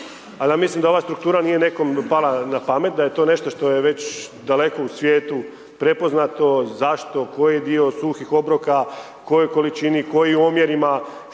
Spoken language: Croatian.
ja mislim da ova struktura nije nekom pala na pamet, da je to nešto što je već daleko u svijetu prepoznato zašto, koji dio suhih obroka, kojoj količini, kojim omjerima,